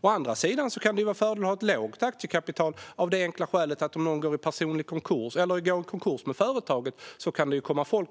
Å andra sidan kan det vara en fördel att ha ett litet aktiekapital av det enkla skälet att om företaget går i konkurs kan det komma folk